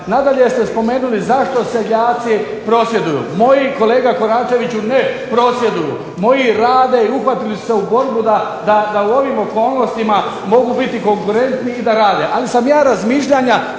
Nadalje ste spomenuli zašto seljaci prosvjeduju. Moji kolega Koračeviću ne prosvjeduju, moji rade i uhvatili su se u borbu da u ovim okolnostima mogu biti konkurentni i da rade. Ali sam ja razmišljanja